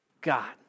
God